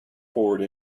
forward